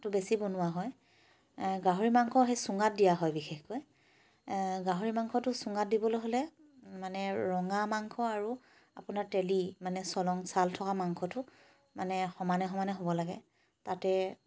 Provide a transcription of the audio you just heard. টো বেছি বনোৱা হয় গাহৰি মাংস সেই চুঙাত দিয়া হয় বিশেষকৈ গাহৰি মাংসটো চুঙাত দিবলৈ হ'লে মানে ৰঙা মাংস আৰু আপোনাৰ তেলী মানে চলং ছাল থকা মাংসটো মানে সমানে সমানে হ'ব লাগে তাতে